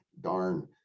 darn